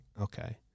Okay